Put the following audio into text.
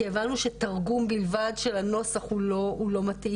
כי הבנו שתרגום בלבד של הנוסח הוא לא מתאים,